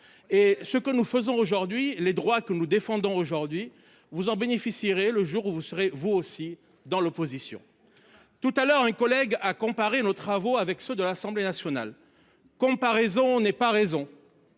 Et ce que nous faisons aujourd'hui les droits que nous défendons aujourd'hui vous en bénéficierez le jour où vous serez vous aussi dans l'opposition. Tout à l'heure un collègue à comparer nos travaux avec ceux de l'Assemblée nationale. Comparaison n'est pas raison.